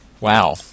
wow